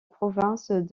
province